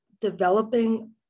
developing